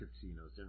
casinos